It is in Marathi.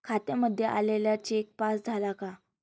खात्यामध्ये आलेला चेक पास झाला का?